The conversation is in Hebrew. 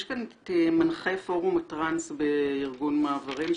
יש כאן מנחה פורום הטרנס בארגון מעברים,